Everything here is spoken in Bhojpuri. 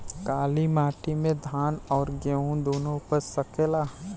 काली माटी मे धान और गेंहू दुनो उपज सकेला?